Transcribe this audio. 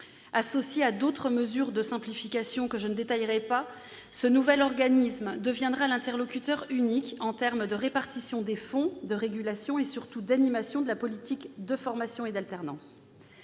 Associé à d'autres mesures de simplification que je ne détaillerai pas, ce nouvel organisme deviendra l'interlocuteur unique pour la répartition des fonds, la régulation et, surtout, l'animation de la politique de formation et d'alternance.